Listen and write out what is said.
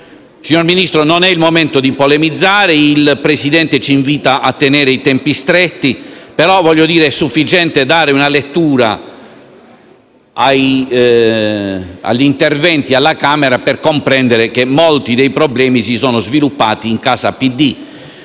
Signora Ministro, non è il momento di polemizzare, il Presidente ci invita a tenere i tempi stretti, ma è sufficiente dare una lettura degli interventi alla Camera per comprendere che molti dei problemi si sono sviluppati in casa PD